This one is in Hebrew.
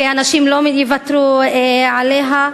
ונשים לא יוותרו עליה.